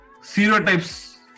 stereotypes